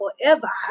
Forever